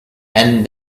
and